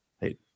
Hey